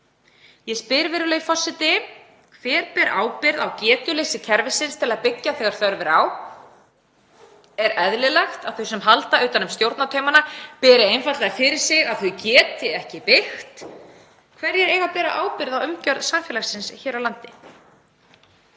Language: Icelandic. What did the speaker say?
Ég spyr, virðulegi forseti: Hver ber ábyrgð á getuleysi kerfisins til að byggja þegar þörf er á? Er eðlilegt að þau sem halda um stjórnartaumana beri einfaldlega fyrir sig að þau geti ekki byggt? Hverjir eiga að bera ábyrgð á umgjörð samfélagsins hér á landi?